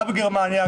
גם בגרמניה,